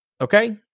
Okay